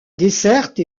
desserte